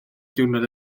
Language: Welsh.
diwrnod